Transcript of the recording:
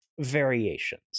variations